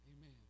Amen